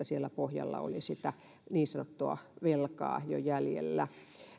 siellä pohjalla oli sitä niin sanottua velkaa jäljellä